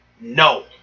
no